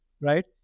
right